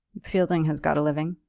fielding has got a living.